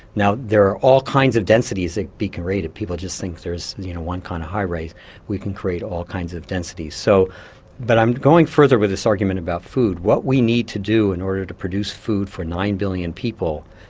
now there are all kinds of densities that can be created people just think there's one kind of high-rise, we can create all kinds of densities. so but i'm going further with this argument about food. what we need to do in order to produce food for nine billion people,